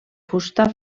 fusta